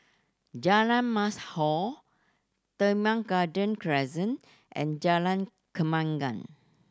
Jalan Mashhor Teban Garden Crescent and Jalan Kembangan